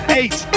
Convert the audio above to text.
eight